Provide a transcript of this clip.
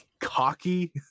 cocky